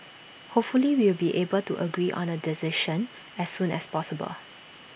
hopefully we'll be able to agree on A decision as soon as possible